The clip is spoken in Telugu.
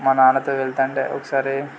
మా నాన్నతో వెళ్తుంటే ఒకసారి